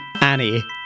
Annie